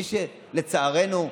לצערנו,